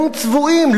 הם צבועים.